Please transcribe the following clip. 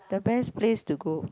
the best place to go